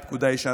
היא פקודה ישנה,